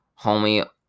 homie